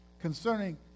concerning